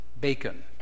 Bacon